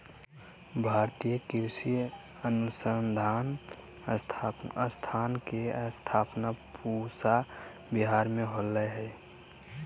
भारतीय कृषि अनुसंधान संस्थान के स्थापना पूसा विहार मे होलय हल